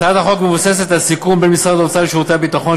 הצעת החוק מבוססת על סיכום בין משרד האוצר לשירותי הביטחון,